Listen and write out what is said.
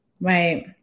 Right